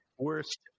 Worst